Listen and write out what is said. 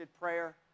prayer